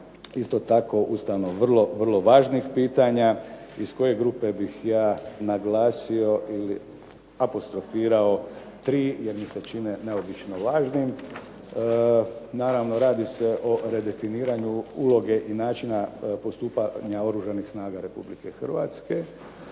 isto tako Ustavno vrlo važnih pitanja iz koje grupe bih ja naglasio ili apostrofirao tri jer mi se čine neobično važnim. Naravno radi se o redefiniranju uloge i načina postupanja Oružanih snaga Republike Hrvatske,